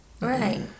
Right